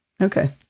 Okay